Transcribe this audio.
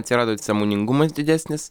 atsirado sąmoningumas didesnis